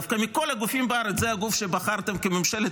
דווקא מכל הגופים בארץ זה הגוף שבחרתם כממשלת